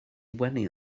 wenu